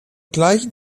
gleichen